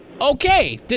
okay